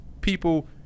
people